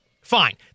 Fine